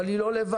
אבל היא לא לבד.